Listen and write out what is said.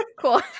cool